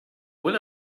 will